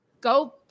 go